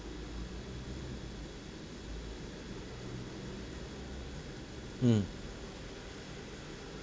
mm